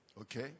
Okay